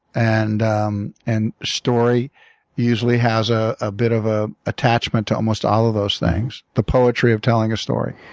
and um and story usually has a ah bit of ah attachment to almost all of those things the poetry of telling a story.